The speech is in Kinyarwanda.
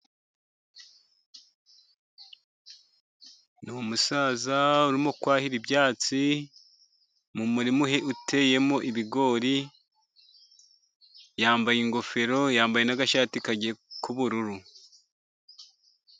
Ni umusaza urimo kwahira ibyatsi mu murima uteyemo ibigori, yambaye ingofero, yambaye n'agashati k'ubururu.